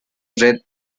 red